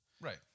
Right